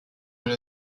with